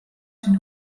syn